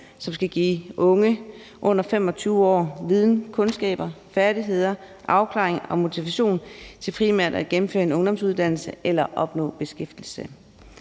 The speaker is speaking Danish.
som skal give unge under 25 år viden, kundskaber, færdigheder, afklaring og motivation til primært at gennemføre en ungdomsuddannelse eller opnå beskæftigelse.